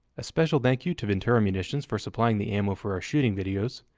a special thank you to ventura munitions for supplying the ammo for our shooting videos,